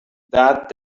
that